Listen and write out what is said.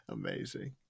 Amazing